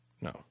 no